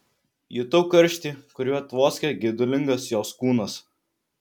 jutau karštį kuriuo tvoskė geidulingas jos kūnas